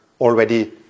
already